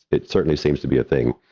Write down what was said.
it certainly seems to be a thing.